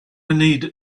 needed